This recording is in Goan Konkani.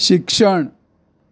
शिक्षण